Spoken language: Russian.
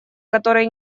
которые